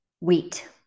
Wheat